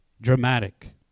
dramatic